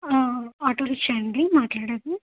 autorickshaw అండి మాట్లాడేది